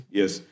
yes